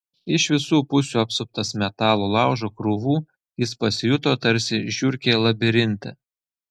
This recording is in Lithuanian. iš visų pusių apsuptas metalo laužo krūvų jis pasijuto tarsi žiurkė labirinte